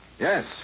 Yes